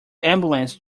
ambulance